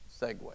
segue